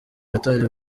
qatar